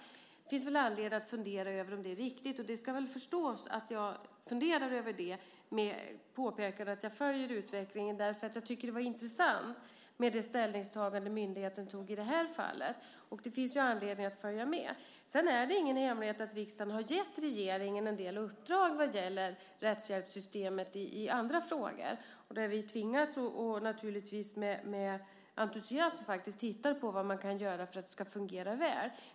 Det finns väl anledning att fundera över om det är riktigt, och med påpekandet att jag följer utvecklingen ska förstås att jag funderar över det. Jag tycker att det var intressant med det ställningstagande myndigheten gjorde i det här fallet, och det finns anledning att följa detta. Sedan är det ingen hemlighet att riksdagen har gett regeringen en del uppdrag vad gäller rättshjälpssystemet i andra frågor där vi tvingas titta på vad man kan göra för att detta ska fungera väl och också griper oss an detta med entusiasm.